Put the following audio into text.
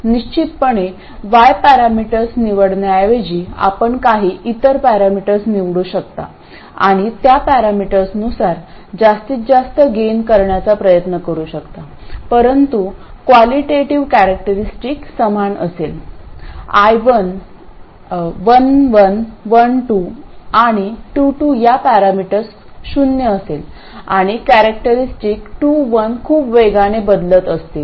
निश्चितपणे y parameters निवडण्याऐवजी आपण काही इतर पॅरामीटर्स निवडू शकता आणि त्या पॅरामीटर्सनुसार जास्तीत जास्त गेन करण्याचा प्रयत्न करू शकता परंतु क्वालिटेटीव्ही कॅरेक्टरस्टिक समान असेल 11 12 आणि 22 या पॅरामीटर्स शून्य असेल आणि कॅरेक्टरस्टिक 21 खूप वेगाने बदलत असतील